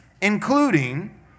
including